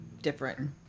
different